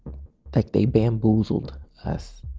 like they bamboozled us.